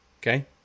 Okay